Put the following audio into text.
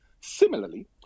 Similarly